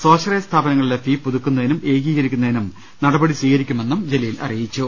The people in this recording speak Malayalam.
സ്വാശ്രയ സ്ഥാപനങ്ങളിലെ ഫീസ് പുതുക്കുന്നതിനും ഏകീകരിക്കുന്നതിനും നടപടികൾ സ്വീകരിക്കുമെന്നും ജലീൽ അറിയിച്ചു